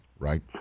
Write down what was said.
Right